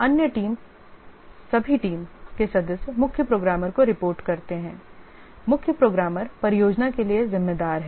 अन्य सभी टीम के सदस्य मुख्य प्रोग्रामर को रिपोर्ट करते हैं मुख्य प्रोग्रामर परियोजना के लिए जिम्मेदार है